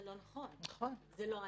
זה לא נכון, זה לא אני.